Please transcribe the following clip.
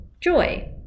joy